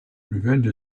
revenge